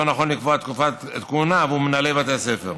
לא נכון לקבוע תקופת כהונה עבור מנהלי בתי הספר.